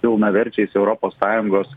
pilnaverčiais europos sąjungos